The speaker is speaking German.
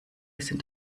sind